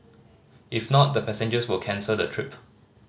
if not the passengers will cancel the trip